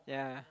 yeah